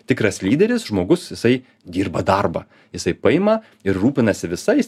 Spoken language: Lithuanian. tikras lyderis žmogus jisai dirba darbą jisai paima ir rūpinasi visais